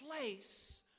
place